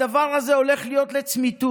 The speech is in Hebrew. אז הדבר הזה הולך להיות לצמיתות.